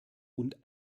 und